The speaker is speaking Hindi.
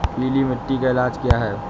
पीली मिट्टी का इलाज क्या है?